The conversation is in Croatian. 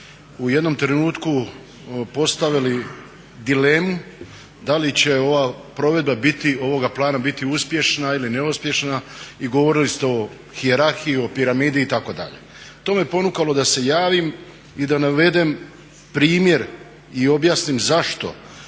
u jednom trenutku postavili dilemu da li će provedba ovoga plana biti uspješna ili neuspješna i govorili ste o hijerarhiji, o piramidi itd. To me ponukalo da se javim i da navedem primjer i objasnim zašto